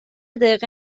دقیقه